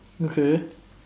okay